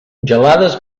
gelades